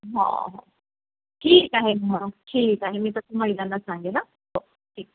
हा हा ठीक आहे ना ठीक आहे मी तसं महिलांना सांगेल हा हो ठीक